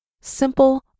simple